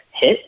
hit